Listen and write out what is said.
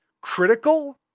critical